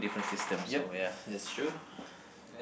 yup that's true